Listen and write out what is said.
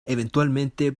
eventualmente